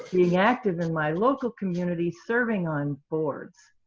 being active in my local community, serving on boards.